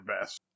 best